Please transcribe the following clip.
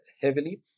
heavily